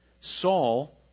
Saul